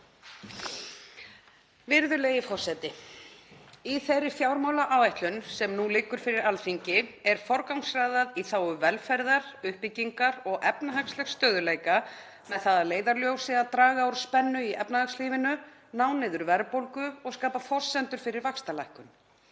Virðulegi forseti. Í þeirri fjármálaáætlun sem nú liggur fyrir Alþingi er forgangsraðað í þágu velferðar, uppbyggingar og efnahagslegs stöðugleika með það að leiðarljósi að draga úr spennu í efnahagslífinu, ná niður verðbólgu og skapa forsendur fyrir vaxtalækkun.